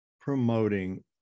promoting